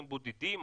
המדעית.